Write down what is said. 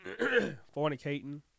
fornicating